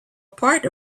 part